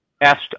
asked